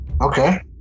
Okay